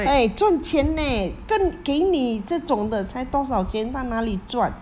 eh 赚钱 leh 跟给你这种的才多少钱他哪里赚